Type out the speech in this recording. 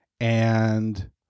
And-